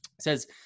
says